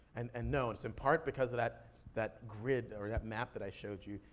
and and no, it's in part because of that that grid or that map that i showed you,